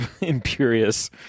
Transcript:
imperious